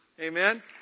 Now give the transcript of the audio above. Amen